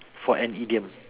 for an idiom